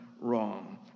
wrong